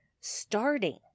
starting